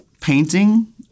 painting